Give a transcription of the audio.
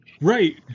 Right